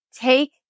Take